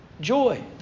joy